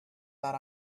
that